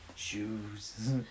shoes